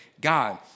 God